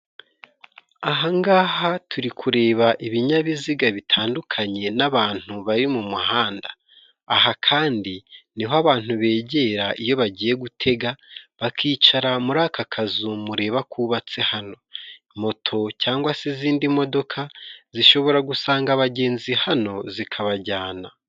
Aha ngaha turi kureba ibinyabiziga bitandukanye n'abantu bari mu muhanda. Aha kandi ni ho abantu bigira, iyo bagiye gutega, bakicara muri aka kazu mureba kubabatse hano. Moto cyangwa se izindi modoka zishobora gusanga abagenzi hano zikabajyana.